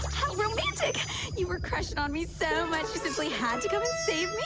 how romantic you were crushed on me. so my sistas we had to go insane